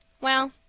Well